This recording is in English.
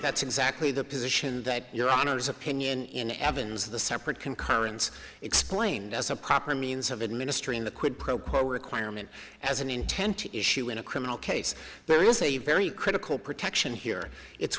that's exactly the position that your honour's opinion in evans the separate concurrence explained as a proper means of administering the quid pro quo requirement as an intent issue in a criminal case there is a very critical protection here it's